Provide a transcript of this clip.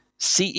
CE